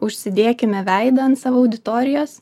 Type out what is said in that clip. užsidėkime veidą ant savo auditorijos